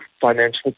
financial